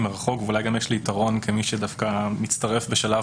מרחוק ואולי גם יש לי יתרון כמי שדווקא מצטרף בשלב